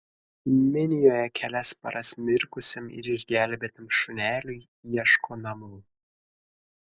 minijoje kelias paras mirkusiam ir išgelbėtam šuneliui ieško namų